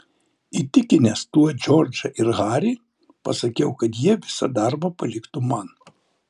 įtikinęs tuo džordžą ir harį pasakiau kad jie visą darbą paliktų man